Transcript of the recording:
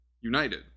United